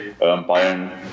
Bayern